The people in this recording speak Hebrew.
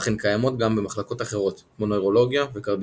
אך הן קיימות גם במחלקות אחרות כמו נוירולוגיה וקרדיולוגיה.